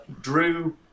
drew